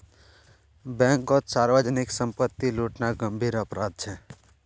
बैंककोत सार्वजनीक संपत्ति लूटना गंभीर अपराध छे